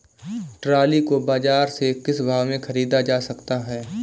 Trolley को बाजार से किस भाव में ख़रीदा जा सकता है?